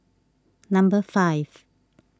number five